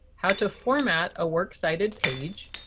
how to format a works cited page,